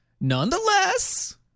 nonetheless